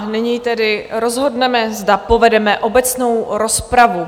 Nyní rozhodneme, zda povedeme obecnou rozpravu.